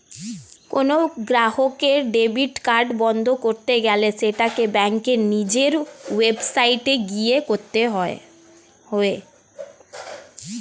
কোনো গ্রাহকের debit card বন্ধ করতে গেলে সেটাকে ব্যাঙ্কের নিজের ওয়েবসাইটে গিয়ে করতে হয়ে